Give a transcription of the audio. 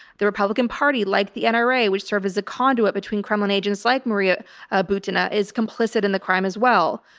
the republican party, like the and nra, which serve as a conduit between kremlin agents like maria ah butina is complicit in the crime as well.